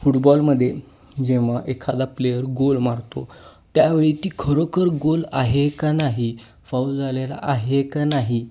फुटबॉलमध्ये जेव्हा एखादा प्लेयर गोल मारतो त्यावेळी ती खरोखर गोल आहे का नाही फाऊल झालेला आहे का नाही